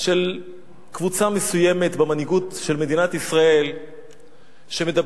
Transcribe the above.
של קבוצה מסוימת במנהיגות של מדינת ישראל שמדברת